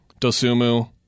dosumu